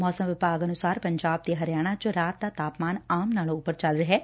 ਮੌਸਮ ਵਿਭਾਗ ਅਨੁਸਾਰ ਪੰਜਾਬ ਹਰਿਆਣਾ 'ਚ ਰਾਤ ਦਾ ਤਾਪਮਾਨ ਆਮ ਨਾਲੋ' ਉਪਰ ਚੱਲ ਰਿਹੈ